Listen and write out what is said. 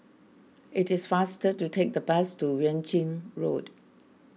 it is faster to take the bus to Yuan Ching Road